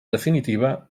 definitiva